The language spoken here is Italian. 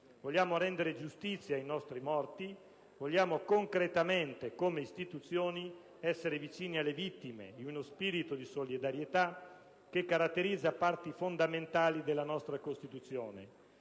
Vogliamo rendere giustizia ai nostri morti, vogliamo concretamente, come istituzioni, essere vicini alle vittime, in uno spirito di solidarietà che caratterizza parti fondamentali della nostra Costituzione.